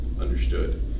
understood